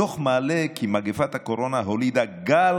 הדוח העלה כי מגפת הקורונה הולידה גל